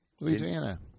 Louisiana